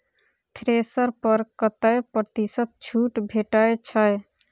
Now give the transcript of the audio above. Thresher पर कतै प्रतिशत छूट भेटय छै?